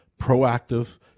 proactive